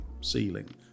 ceiling